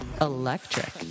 Electric